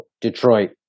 Detroit